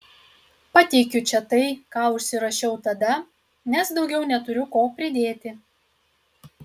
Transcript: pateikiu čia tai ką užsirašiau tada nes daugiau neturiu ko pridėti